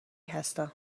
هستم